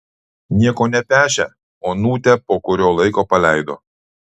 nieko nepešę onutę po kurio laiko paleido